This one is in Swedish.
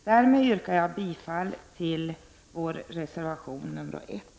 Därmed yrkar jag bifall till vår reservation 1.